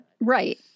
Right